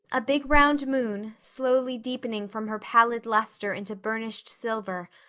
a big round moon, slowly deepening from her pallid luster into burnished silver,